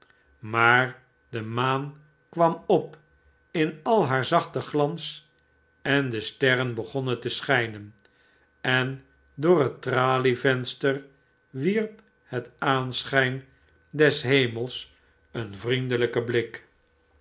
maar de maan kwam op in al haar zachten glans en de sterren begonnen teschijnen en door het tralievenster wierp hetaanschijn des hemels een vriendelijken blik